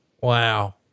Wow